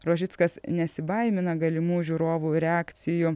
rožickas nesibaimina galimų žiūrovų reakcijų